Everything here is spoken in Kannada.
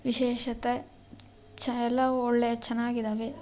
ವಿಶೇಷತೆ ಚ ಎಲ್ಲವೂ ಒಳ್ಳೆ ಚೆನ್ನಾಗಿದ್ದಾವೆ